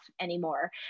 anymore